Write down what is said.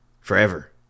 forever